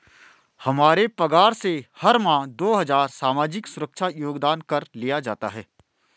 हमारे पगार से हर माह दो हजार सामाजिक सुरक्षा योगदान कर लिया जाता है